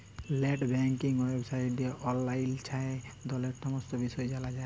late banking ওয়েবসাইটে অললাইল যাঁয়ে ললের সমস্ত বিষয় জালা যায়